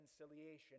reconciliation